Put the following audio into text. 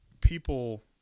people